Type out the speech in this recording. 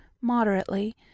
moderately